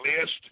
list